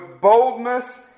boldness